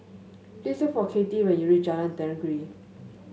please look for Kathey when you reach Jalan Tenggiri